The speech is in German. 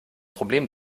problem